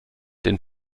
den